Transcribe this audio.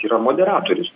yra moderatorius